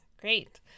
Great